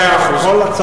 מאה אחוז.